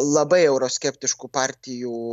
labai euroskeptiškų partijų